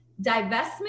divestment